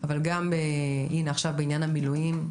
והנה, עכשיו בעניין המילואים.